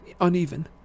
uneven